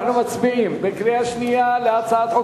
אנחנו מצביעים בקריאה שנייה על הצעת חוק